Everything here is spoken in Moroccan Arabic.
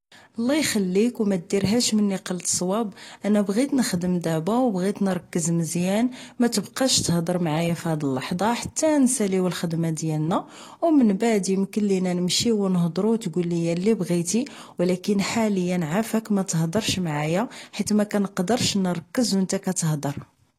الله اخليك و ماديرهاش مني قلت صواب انا بغيت نخدم دبا و بغيت نركز مزيان ماتبقاش تهدر معايا فهاد اللحضة حتى نساليو الخدمة ديالنا و من بعد يمكلينا نمشيو و نهضرو و تكوليا اللي بغيتس و لكن حاليا عافاك ماتهضرش معايا حيت مكنقدرش نركز و نتا كتهضر